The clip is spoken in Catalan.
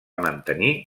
mantenir